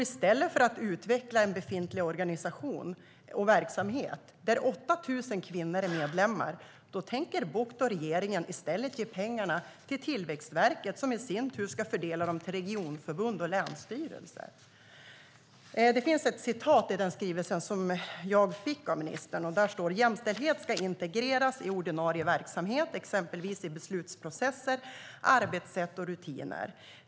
I stället för att utveckla en befintlig organisation och verksamhet där 8 000 kvinnor är medlemmar tänker Bucht och regeringen ge pengarna till Tillväxtverket, som i sin tur ska fördela dem till regionförbund och länsstyrelser. Jag ska ta upp ett citat ur ministerns svar på interpellationen: "Jämställdhet ska integreras i ordinarie verksamhet, exempelvis i beslutsprocesser, arbetssätt och rutiner.